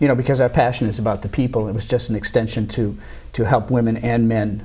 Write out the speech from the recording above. you know because our passion is about the people it was just an extension to to help women and